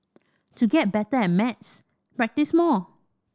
to get better at maths practise more